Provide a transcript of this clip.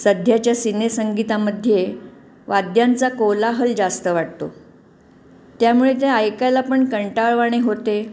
सध्याच्या सिनेसंगीतामध्ये वाद्यांचा कोलाहल जास्त वाटतो त्यामुळे ते ऐकायला पण कंटाळवाणे होते